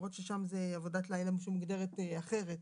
למרות ששם זה עבודת לילה שמוגדרת אחרת.